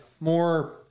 more